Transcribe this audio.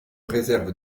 réserve